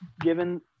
given